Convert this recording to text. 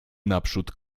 naprzód